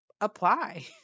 apply